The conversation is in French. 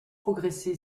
progressé